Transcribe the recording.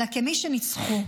אלא כמי שניצחו,